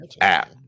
app